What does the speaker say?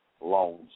loans